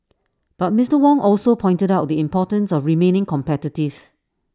but Mister Wong also pointed out the importance of remaining competitive